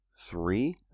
three